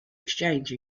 exchange